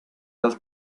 dal